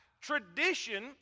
tradition